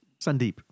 Sandeep